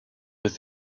with